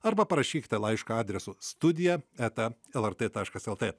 arba parašykite laišką adresu studija eta lrt taškas lt